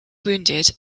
wounded